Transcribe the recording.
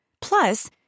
Plus